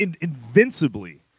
invincibly